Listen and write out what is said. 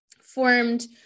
formed